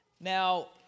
Now